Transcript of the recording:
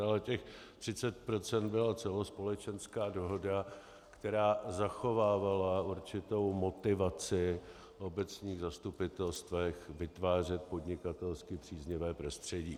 Ale těch 30 procent byla celospolečenská dohoda, která zachovávala určitou motivaci v obecních zastupitelstvech vytvářet podnikatelsky příznivé prostředí.